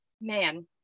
man